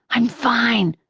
i'm fine,